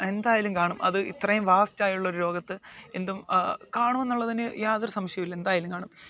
എന്തായാലും കാണും അത് ഇത്രയും വാസ്റ്റായുള്ളൊരു ലോകത്ത് എന്തും കാണുമെന്നുള്ളതിന് യാതൊരു സംശയവും ഇല്ല എന്തായാലും കാണും